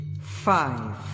five